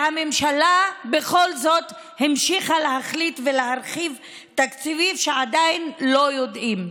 והממשלה בכל זאת המשיכה להחליט ולהרחיב תקציבים כשעדיין לא יודעים.